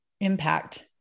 impact